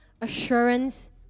assurance